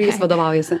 jais vadovaujiesi